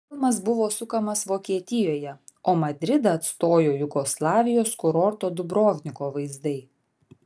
filmas buvo sukamas vokietijoje o madridą atstojo jugoslavijos kurorto dubrovniko vaizdai